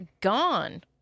gone